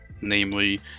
namely